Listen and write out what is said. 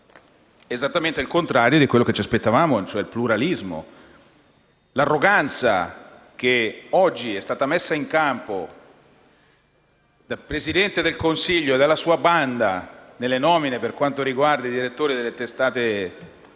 esattamente il contrario di quello che ci aspettavamo, ossia il pluralismo. L'arroganza che oggi è stata messa in campo dal Presidente del Consiglio e dalla sua banda nelle nomine dei direttori delle testate di